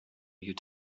you